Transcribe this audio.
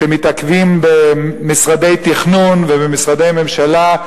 שמתעכב במשרדי תכנון ובמשרדי ממשלה,